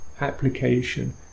application